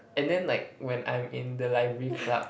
and then like when I'm in the library club